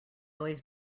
always